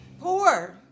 Poor